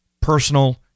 personal